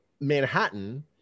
Manhattan